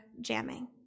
jamming